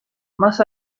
más